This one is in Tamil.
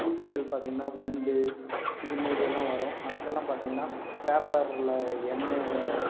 பூச்சிகள் பார்த்தீங்கன்னா வண்டு இதுமாரி எல்லாம் வரும் அதுக்கெல்லாம் பார்த்தீங்கன்னா பேப்பரில் எண்ணெயை